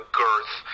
girth